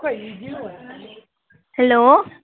hello